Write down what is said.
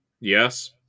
Yes